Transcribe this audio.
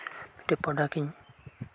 ᱢᱤᱫᱴᱮᱱ ᱯᱨᱚᱰᱟᱠ ᱤᱧ